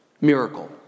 miracle